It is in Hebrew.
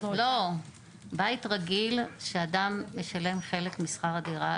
בית רגיל שאדם משלם חלק משכר הדירה,